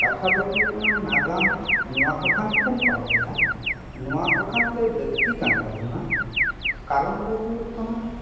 ᱠᱟᱛᱷᱟ ᱫᱚ ᱦᱩᱭᱩᱜ ᱠᱟᱱᱟ ᱱᱟᱜᱟᱢ ᱱᱚᱣᱟ ᱠᱟᱠᱷᱟᱱ ᱛᱮᱵᱚᱱ ᱯᱟᱸᱡᱟᱭᱟ ᱱᱚᱣᱟ ᱠᱟᱠᱷᱟᱱ ᱛᱮ ᱞᱟᱹᱠᱛᱤ ᱠᱟᱱ ᱛᱟᱵᱚᱱᱟ ᱠᱟᱨᱚᱱ ᱫᱚ ᱦᱩᱭᱩᱜ ᱠᱟᱱᱟ